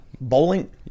Bowling